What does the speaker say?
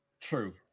True